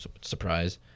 Surprise